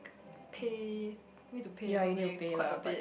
pay need to pay probably quite a bit